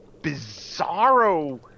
bizarro